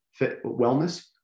wellness